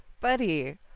buddy